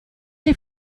die